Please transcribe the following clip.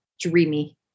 dreamy